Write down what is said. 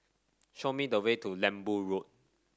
show me the way to Lembu Road